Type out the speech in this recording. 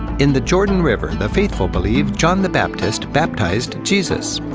in the jordan river, the faithful believe john the baptist baptized jesus.